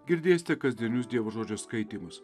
girdėsite kasdienius dievo žodžiu skaitymus